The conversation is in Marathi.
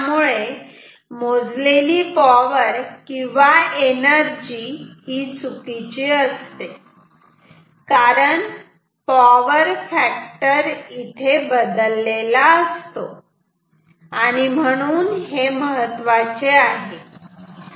आणि त्यामुळे मोजलेली पॉवर किंवा एनर्जी ही चुकीची असते कारण पॉवर फॅक्टर बदललेला असतो आणि म्हणून हे महत्त्वाचे आहे